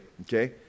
okay